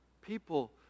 people